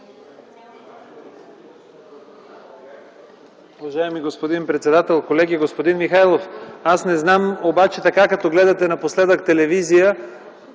Благодаря.